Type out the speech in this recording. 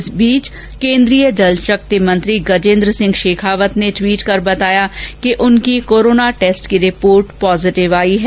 इस बीच केन्द्रीय जल शक्ति मंत्री गजेन्द्र सिंह शेखावत ने ट्वीट कर बताया कि उनकी कोरोना टैस्ट की रिपोर्ट पॉज़िटिव आई है